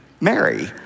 Mary